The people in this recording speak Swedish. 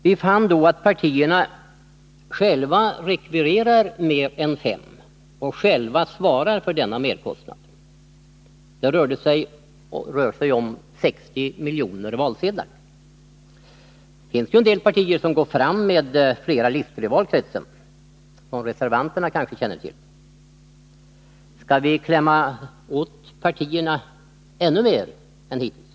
Vi fann då att partierna själva rekvirerar mer än fem och själva svarar för denna merkostnad — det rör sig om 57 miljoner valsedlar. Det finns juen del partier som går fram med flera listor i valkretsen, som reservanterna kanske känner till. Skall vi klämma åt partierna ännu mer än hittills?